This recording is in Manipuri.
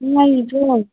ꯅꯨꯡꯉꯥꯏꯔꯤꯕ꯭ꯔꯣ